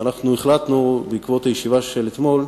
ואנחנו החלטנו, בעקבות הישיבה של אתמול,